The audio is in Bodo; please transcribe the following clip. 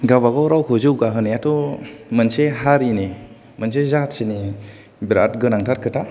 गावबा गाव रावखौ जौगाहोनायाथ' मोनसे हारिनि मोनसे जातिनि बिराद गोनांथार खोथा